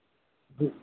جی